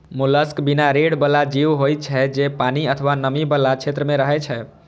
mollusc बिना रीढ़ बला जीव होइ छै, जे पानि अथवा नमी बला क्षेत्र मे रहै छै